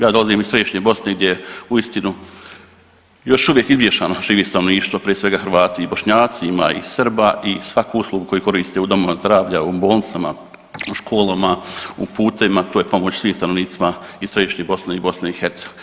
Ja dolazim iz središnje Bosne gdje uistinu još uvijek izmiješano živi stanovništvo prije svega Hrvati i Bošnjaci, ima i Srba i svaku uslugu koju koriste u domovima zdravlja, u bolnicama, u školama, u putevima to je pomoć svim stanovnicima i središnje Bosne i BiH.